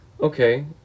Okay